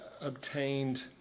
obtained